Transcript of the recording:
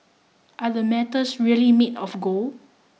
are the medals really made of gold